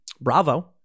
Bravo